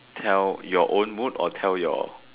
tell your own mood or tell your